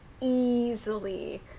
easily